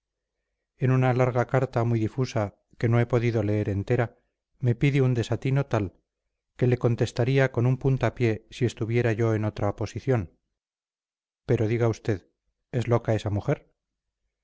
en una larga carta muy difusa que no he podido leer entera me pide un desatino tal que le contestaría con un puntapié si estuviera yo en otra posición pero diga usted es loca esa mujer